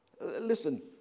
Listen